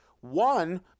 one